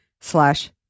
slash